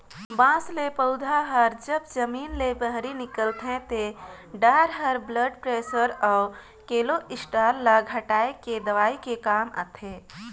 बांस ले पउधा हर जब जमीन ले बहिरे निकलथे ते डार हर ब्लड परेसर अउ केलोस्टाल ल घटाए के दवई के काम आथे